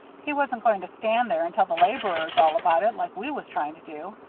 he wasn't going to stand there and tell the laborers all about it, like we was trying to do.